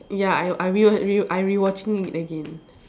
ya I I rewa~ re~ I rewatching it again